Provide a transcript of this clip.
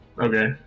Okay